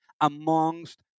amongst